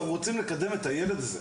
אנחנו רוצים לקדם את הילד הזה.